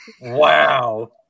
Wow